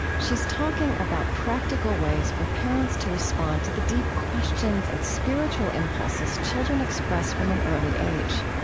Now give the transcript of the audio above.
she's talking about practical ways for parents to respond to the deep questions and spiritual impulses children express from an early age.